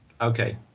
Okay